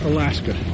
Alaska